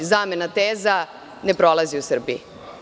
Zamena teza ne prolazi u Srbiji.